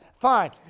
fine